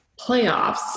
playoffs